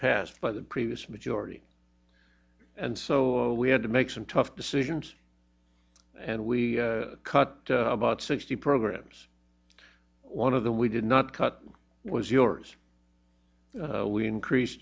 passed by the previous majority and so we had to make some tough decisions and we cut about sixty programs one of them we did not cut was yours we increase